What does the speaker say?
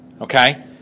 okay